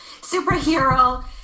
superhero